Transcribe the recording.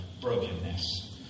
brokenness